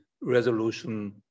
resolution